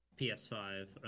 PS5